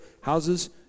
houses